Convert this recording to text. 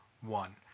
one